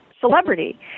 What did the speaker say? celebrity